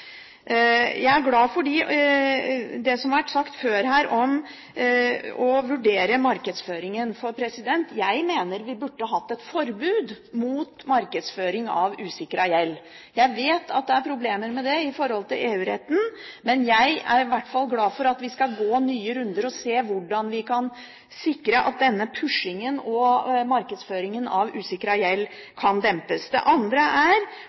Jeg er glad for det som har vært sagt her før om å vurdere markedsføringen, for jeg mener vi burde ha hatt et forbud mot markedsføring av usikret gjeld. Jeg vet at det er problemer med det i forhold til EU-retten, men jeg er i hvert fall glad for at vi skal gå nye runder for å se hvordan vi kan sikre at denne pushingen og markedsføringen av usikret gjeld kan dempes. Det andre er